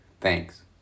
Thanks